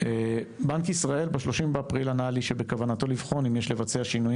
בנק ישראל ב-30 באפריל ענה לי שבכוונתו לבחון אם יש לבצע שינויים